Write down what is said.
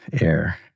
air